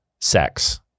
sex